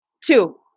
Two